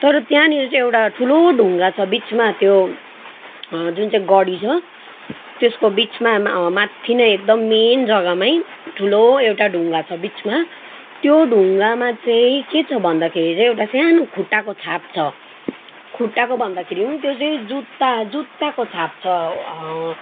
तर त्यहाँनिर चाहिँ एउटा ठुलो ढुङ्गा छ बिचमा त्यो जुन चाहिँ गढी छ त्यसको बिचमा माथि नै एकदम मेन जग्गामै ठुलो एउटा ढुङ्गा छ बिचमा त्यो ढुङ्गामा चाहिँ के छ भन्दखेरि चाहिँ एउटा सानो खुट्टाको छाप छ खुट्टाको भन्दाखेरि त्यो चाहिँ जुत्ता जुत्ताको छाप छ